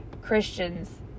Christians